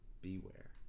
Beware